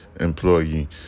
employee